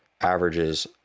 averages